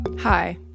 Hi